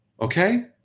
Okay